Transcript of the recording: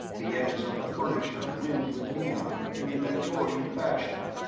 the edges of the furniture rimmed with neon in the mentorian fashion.